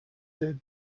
the